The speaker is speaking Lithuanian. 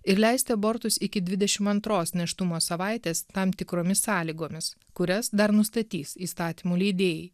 ir leisti abortus iki dvidešim antros nėštumo savaitės tam tikromis sąlygomis kurias dar nustatys įstatymų leidėjai